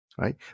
Right